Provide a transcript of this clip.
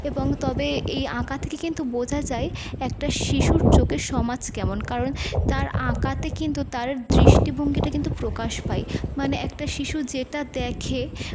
এবং তবে এই আঁকা থেকে কিন্তু বোঝা যায় একটা শিশুর চোখে সমাজ কেমন কারণ তার আঁকাতে কিন্তু তার দৃষ্টিভঙ্গিটা কিন্তু প্রকাশ পায় মানে একটা শিশু যেটা দেখে